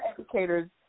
educators